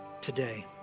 Today